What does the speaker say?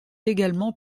également